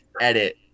edit